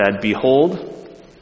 Behold